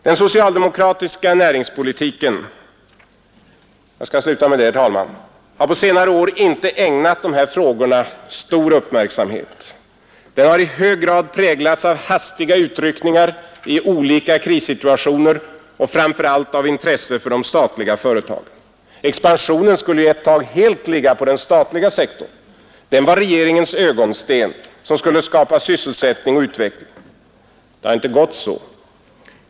Den socialdemokratiska näringspolitiken — jag skall sluta med den, herr talman — har på senare år inte ägnat de här frågorna stor uppmärksamhet. Den har i hög grad präglats av hastiga utryckningar i olika krissituationer och framför allt av intresse för de statliga företagen. Expansionen skulle ju ett tag helt ligga på den statliga sektorn. Den var regeringens ögonsten som skulle skapa sysselsättning och utveckling. Det har inte gått så.